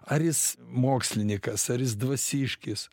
ar jis mokslinikas ar jis dvasiškis